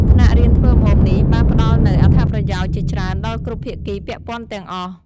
ថ្នាក់រៀនធ្វើម្ហូបនេះបានផ្តល់នូវ អត្ថប្រយោជន៍ ជាច្រើនដល់គ្រប់ភាគីពាក់ព័ន្ធទាំងអស់។